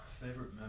Favorite